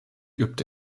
übte